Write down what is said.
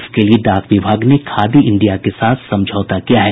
इसके लिए डाक विभाग ने खादी इंडिया के साथ समझौता किया है